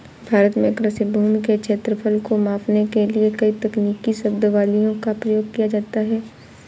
भारत में कृषि भूमि के क्षेत्रफल को मापने के लिए कई तकनीकी शब्दावलियों का प्रयोग किया जाता है